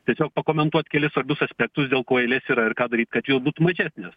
tiesiog pakomentuot kelis svarbius aspektus dėl ko eilės yra ir ką daryt kad jos būtų mažesnės